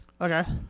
Okay